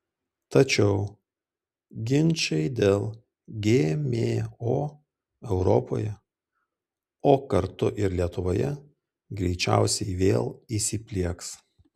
tačiau ginčai dėl gmo europoje o kartu ir lietuvoje greičiausiai vėl įsiplieks